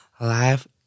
life